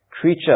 creature